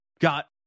got